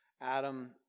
Adam